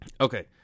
Okay